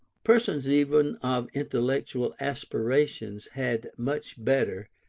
persons even of intellectual aspirations had much better,